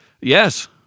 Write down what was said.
Yes